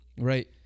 right